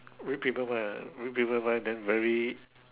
read people mind ah read people mind then very